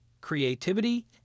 creativity